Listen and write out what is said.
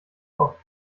oft